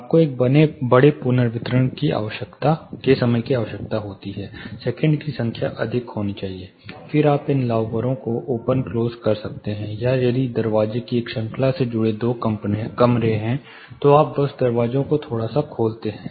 आपको एक बड़े पुनर्वितरण के समय की आवश्यकता होती है सेकंड की संख्या अधिक होनी चाहिए फिर आप इन लाउवरों को ओपन क्लोज कर सकते हैं या यदि दरवाजे की एक श्रृंखला से जुड़े दो कमरे हैं तो आप बस दरवाजों को थोड़ा सा खोलते हैं